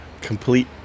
complete